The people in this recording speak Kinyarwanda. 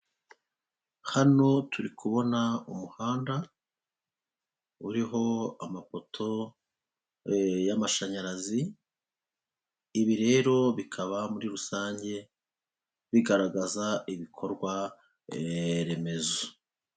Hano turi kubona umuhanda uriho amafoto y'amashanyarazi ibi rero bikaba muri rusange bigaragaza ibikorwa remezo.